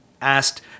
asked